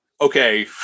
okay